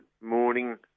morning